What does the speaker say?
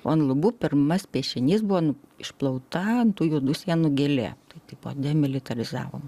o ant lubų pirmas piešinys buvo nu išplauta ant tų juodų sienų gėlė tai tipo demilitarizavom